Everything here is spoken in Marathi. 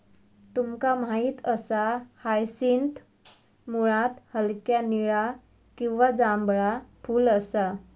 तुमका माहित असा हायसिंथ मुळात हलक्या निळा किंवा जांभळा फुल असा